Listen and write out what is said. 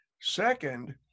Second